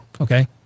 okay